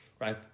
Right